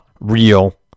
Real